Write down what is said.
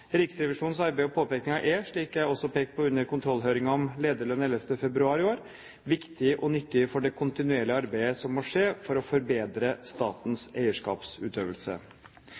Riksrevisjonens arbeid og påpekninger er – slik jeg også pekte på under kontrollhøringen om lederlønn 11. februar i år – viktige og nyttige for det kontinuerlige arbeidet som må skje for å forbedre statens eierskapsutøvelse.